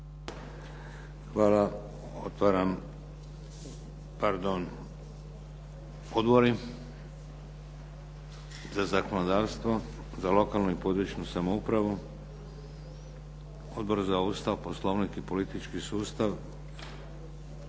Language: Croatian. Hvala. Otvaram, pardon odbori, za zakonodavstvo, za lokalnu i područnu samoupravu. Odbor za Ustav, Poslovnik i politički sustav.